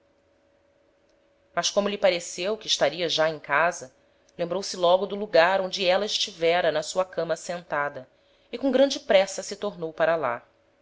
mas como lhe pareceu que estaria já em casa lembrou-se logo do lugar onde éla estivera na sua cama assentada e com grande pressa se tornou para lá